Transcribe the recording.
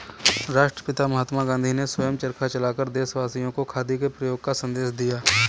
राष्ट्रपिता महात्मा गांधी ने स्वयं चरखा चलाकर देशवासियों को खादी के प्रयोग का संदेश दिया